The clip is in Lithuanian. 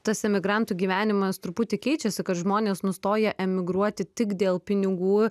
tas emigrantų gyvenimas truputį keičiasi kad žmonės nustoja emigruoti tik dėl pinigų